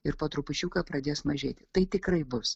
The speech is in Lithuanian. ir po trupučiuką pradės mažėti tai tikrai bus